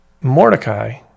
Mordecai